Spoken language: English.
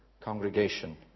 congregation